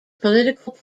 political